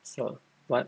the what